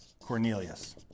Cornelius